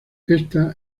esta